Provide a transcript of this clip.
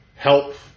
help